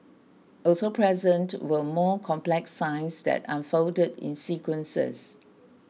also present were more complex signs that unfolded in sequences